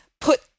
put